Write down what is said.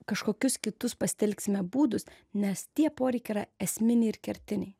kažkokius kitus pasitelksime būdus nes tie poreikiai yra esminiai ir kertiniai